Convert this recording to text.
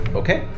okay